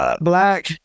black